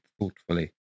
thoughtfully